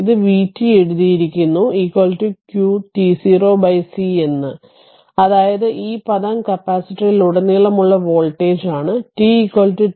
ഇത് vtഎഴുതിയിരിക്കുന്നു0 qt0c എന്ന് അതായത് ഈ പദം കപ്പാസിറ്ററിലുടനീളമുള്ള വോൾട്ടേജാണ് t t0